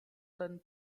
ten